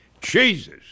Jesus